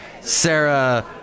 sarah